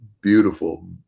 beautiful